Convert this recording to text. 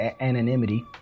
anonymity